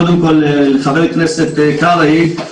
קודם כול לחבר הכנסת קרעי,